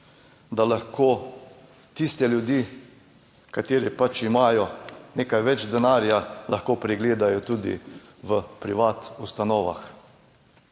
da lahko tiste ljudi, kateri pač imajo nekaj več denarja, lahko pregledajo Tudi v privat ustanovah.